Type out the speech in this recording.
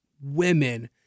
women